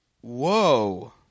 Whoa